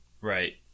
Right